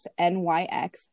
NYX